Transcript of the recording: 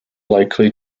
likely